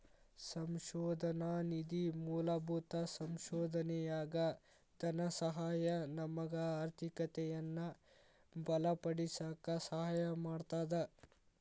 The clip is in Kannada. ಸಂಶೋಧನಾ ನಿಧಿ ಮೂಲಭೂತ ಸಂಶೋಧನೆಯಾಗ ಧನಸಹಾಯ ನಮಗ ಆರ್ಥಿಕತೆಯನ್ನ ಬಲಪಡಿಸಕ ಸಹಾಯ ಮಾಡ್ತದ